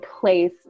place